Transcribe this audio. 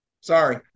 Sorry